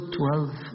twelve